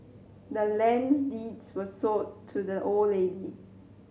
the land's deeds was sold to the old lady